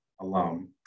alum